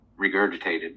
regurgitated